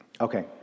Okay